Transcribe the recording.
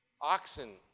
oxen